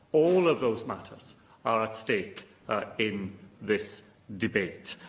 all of those matters are at stake in this debate.